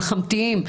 מלחמתיים,